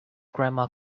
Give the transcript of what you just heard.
grandma